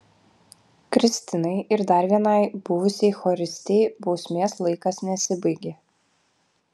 kristinai ir dar vienai buvusiai choristei bausmės laikas nesibaigė